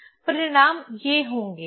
परिणाम ये होंगे